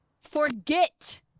forget